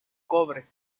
cobre